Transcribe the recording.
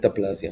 מטפלזיה